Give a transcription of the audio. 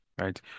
right